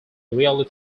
really